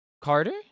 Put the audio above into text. Carter